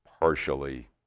partially